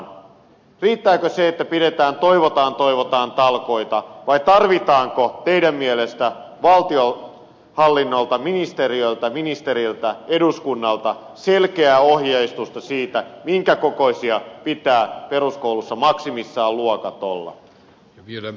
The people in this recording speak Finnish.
riittääkö se että pidetään toivotaan toivotaan talkoita vai tarvitaanko teidän mielestänne valtionhallinnolta ministeriöltä ministeriltä eduskunnalta selkeää ohjeistusta siitä minkä kokoisia pitää peruskoulussa maksimissaan luokkien olla